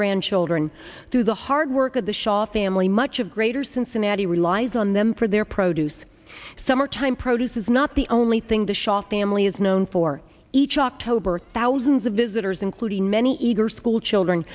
grandchildren through the hard work of the shaw family much of greater cincinnati relies on them for their produce summertime produce is not the only thing the shaw family is known for each october thousands of visitors including many eager schoolchildren